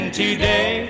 today